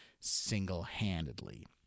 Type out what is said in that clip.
single-handedly